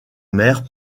mère